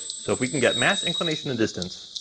so if we can get mass, inclination, and distance,